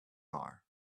are